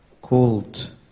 called